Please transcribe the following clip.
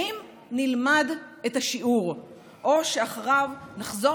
האם נלמד את השיעור או שאחריו נחזור